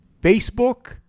Facebook